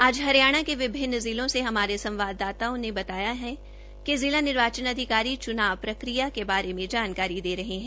आज हरियाणा के विभिन्न जिलों से हमारे संवाददाताओं ने बताया है कि जिला निर्वाचन अधिकारी चुनाव प्रक्रिया के बारे जानकारी दे रहे है